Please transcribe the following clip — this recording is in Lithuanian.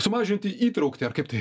sumažinti įtrauktį ar kaip tai